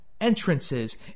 entrances